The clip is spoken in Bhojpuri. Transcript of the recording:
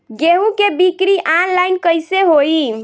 गेहूं के बिक्री आनलाइन कइसे होई?